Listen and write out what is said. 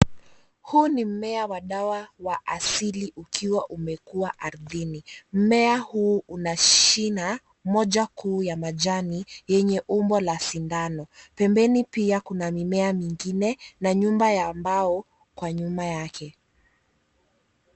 Huu ni mmea wa dawa wa asili ukiwa umekua ardhini mmea huu na shina moja kuu ya majani yenye umbo la sindano. Pembeni pia kuna mimea mingine na nyumba ya mbao kwa nyuma yake.